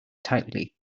tightly